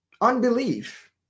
unbelief